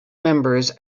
members